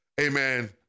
Amen